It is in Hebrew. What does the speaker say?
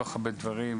כל כך הרבה דברים.